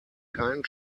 keinen